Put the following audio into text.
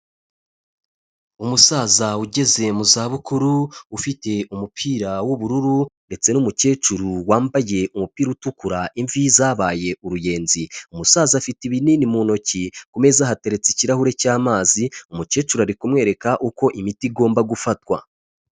Umusaza ugeze mu zabukuru, ufite umupira w'ubururu ndetse n'umukecuru wambaye umupira utukura, imvi zabaye uruyenzi, umusaza afite ibinini mu ntoki, ku meza hateretse ikirahure cy'amazi, umukecuru ari kumwereka uko imiti igomba gufatwa.